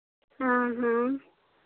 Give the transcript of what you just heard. हाँ हाँ